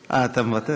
אה, אתה מוותר?